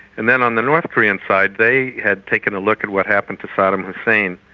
and then on the north korean side they had taken a look at what happened to saddam hussein.